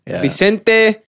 Vicente